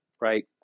right